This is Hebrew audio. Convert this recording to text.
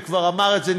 וכבר אמר את זה,